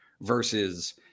versus